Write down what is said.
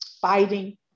fighting